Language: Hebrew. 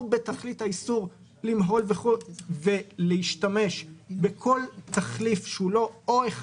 בתכלית האיסור למהול ולהשתמש בכל תחליף שהוא לא אחד